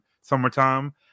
summertime